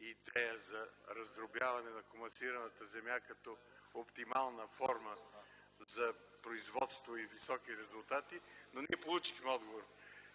идеята за раздробяване на комасираната земя като оптимална форма за производство и високи резултати. Ние получихме отговор.